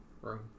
room